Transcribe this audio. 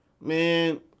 Man